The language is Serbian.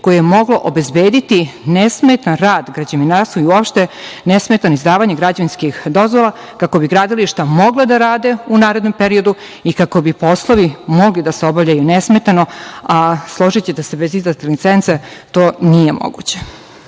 koje je moglo obezbediti nesmetan rad građevinarstva i uopšte nesmetano izdavanje građevinskih dozvola kako bi gradilišta mogla da rade u narednom periodu i kako bi poslovi mogli da se obavljaju nesmetano, a složićete se bez ikakve licence to nije moguće.